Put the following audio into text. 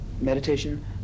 meditation